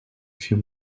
few